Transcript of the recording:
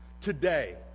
Today